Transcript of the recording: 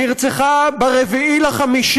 נרצחה ב-4 במאי,